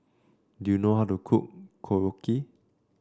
do you know how to cook Korokke